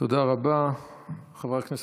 הארכת